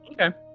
Okay